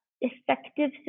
effective